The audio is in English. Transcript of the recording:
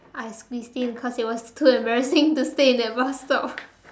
I squeezed in because it was too embarrassing to stay in that bus stop